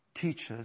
teaches